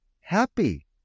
happy